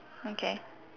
okay